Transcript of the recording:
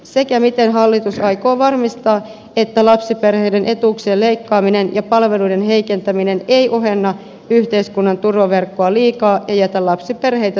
sekä miten hallitus aikoo varmistaa että lapsiperheiden etuuksien leikkaaminen ja palvelujen heikentäminen ei ohenna yhteiskunnan turvaverkko liikaa jotta lapsiperheitä